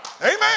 Amen